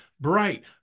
bright